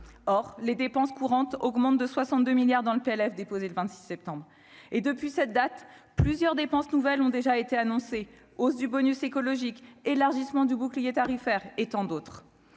or les dépenses courantes augmentent de 62 milliards dans le PLF déposé le 26 septembre et depuis cette date plusieurs dépenses nouvelles ont déjà été annoncées : hausse du bonus écologique élargissement du bouclier tarifaire et tant d'autres,